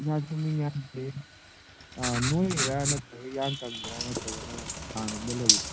ꯏꯁꯥ ꯁꯦꯝꯅꯤꯡꯉꯦ ꯍꯥꯏꯖꯦ ꯅꯣꯏꯔꯤꯔꯥ ꯅꯠꯇ꯭ꯔꯒ ꯏꯌꯥꯡ ꯀꯪꯉꯤꯔꯥ ꯅꯠꯇ꯭ꯔꯒꯅ ꯆꯥꯡ ꯑꯝꯗ ꯂꯩꯔꯤꯔꯥ